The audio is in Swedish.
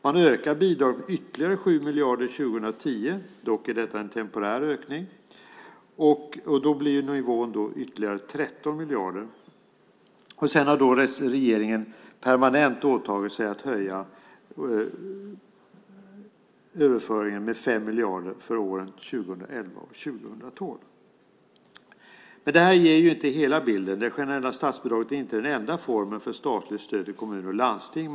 Man ökar bidraget med ytterligare 7 miljarder 2010; dock är detta en temporär ökning. Då blir nivån ytterligare 13 miljarder. Sedan har regeringen permanent åtagit sig att höja överföringen med 5 miljarder för åren 2011 och 2012. Men det här ger inte hela bilden. Det generella statsbidraget är inte den enda formen för statligt stöd till kommuner och landsting.